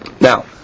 Now